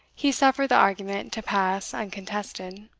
he suffered the argument to pass uncontested.